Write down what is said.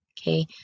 okay